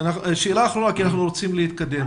שאלה אחרונה כי אנחנו רוצים להתקדם.